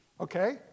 Okay